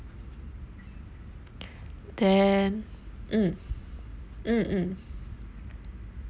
then mm mm mm